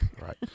Right